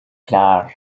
klar